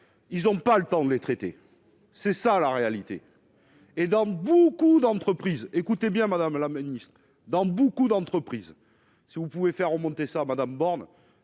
ils ont pas le temps de les traiter, c'est ça la réalité. Et dans beaucoup d'entreprises, écoutez bien, Madame la Ministre, dans beaucoup d'entreprises. Si vous pouvez faire remonter sa Madame Borne,